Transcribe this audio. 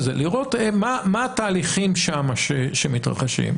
לראות מה התהליכים שם שמתרחשים,